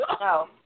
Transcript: No